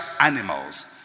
animals